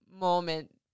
moment